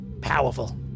powerful